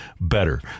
better